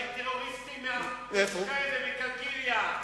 והטרוריסטים הם משכם ומקלקיליה.